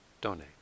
donate